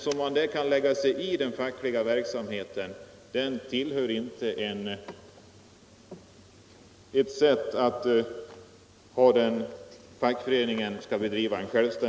När man alltså lägger sig i den fackliga verksamheten på det sättet så kan man inte tala om att fackföreningen bedriver en